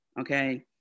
okay